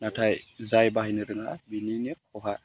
नाथाय जाय बाहायनो रोङा बिनिनो खहा